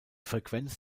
frequenz